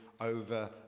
over